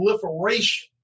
proliferation